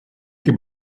que